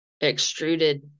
extruded